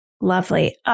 Lovely